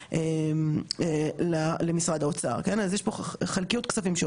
אז יש פה חלקיות כספים שעוברת למשרד האוצר של מי שיצא מישראל,